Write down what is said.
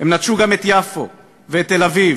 הם נטשו גם את יפו, ואת תל-אביב,